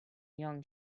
young